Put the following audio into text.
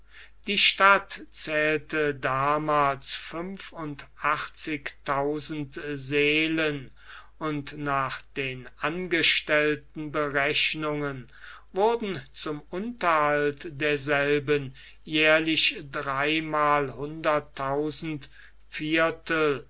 die stadt zählte damals fünfundachtzigtausend seelen und nach den angestellten berechnungen wurden zum unterhalt derselben jährlich dreimalhunderttausend viertel